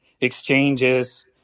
exchanges